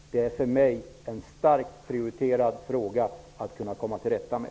Detta är för mig en starkt prioriterad fråga, som jag vill kunna komma till rätta med.